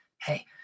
hey